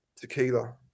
Tequila